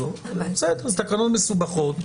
עכשיו אנחנו בתקנה שעוסקת בהכרעה בתביעת החוב.